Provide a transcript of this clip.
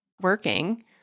working